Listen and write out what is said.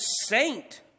Saint